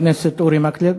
חבר הכנסת אורי מקלב.